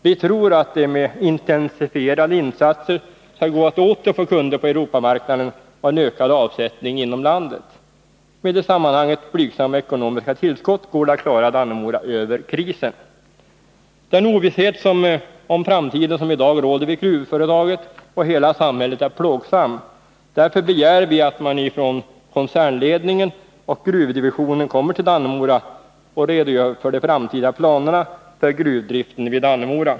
Vi tror att det med intensifierade insatser skall gå att åter få kunder på Europamarknaden och en ökad avsättning inom landet. Med i sammanhanget blygsamma ekonomiska tillskott går det att klara Dannemora över krisen. Den ovisshet om framtiden som i dag råder vid gruvföretaget och hela samhället är plågsam. Därför begär vi att man ifrån koncernledningen och gruvdivisionen kommer till Dannemora och redogör för de framtida planerna för gruvdriften vid Dannemora.